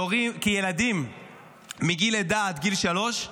כי ילדים מגיל לידה עד גיל שלוש,